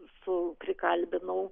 su prikalbinau